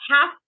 half